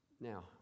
Now